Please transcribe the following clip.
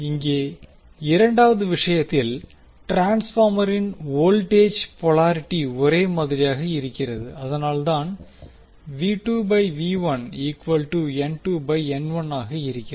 இங்கே இரண்டாவது விஷயத்தில் ட்ரான்ஸ்பார்மரின் வோல்டேஜ் போலாரிட்டி ஒரே மாதிரியாக இருக்கிறது அதனால்தான் ஆக இருக்கிறது